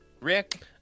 Rick